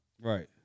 Right